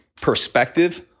perspective